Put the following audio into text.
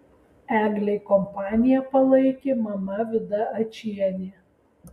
eglei kompaniją palaikė mama vida ačienė